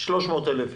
300,000 איש.